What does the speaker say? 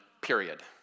Period